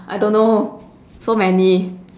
I don't know so many